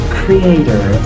creator